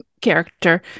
character